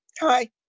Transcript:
Hi